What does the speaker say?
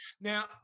Now